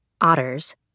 otters